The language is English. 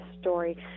story